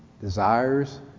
desires